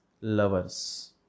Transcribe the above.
lovers